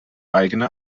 eigene